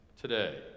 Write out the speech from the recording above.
today